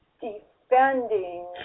defending